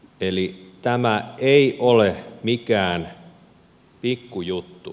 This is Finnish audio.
eli tämä ei ole mikään pikku juttu